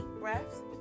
breaths